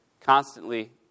constantly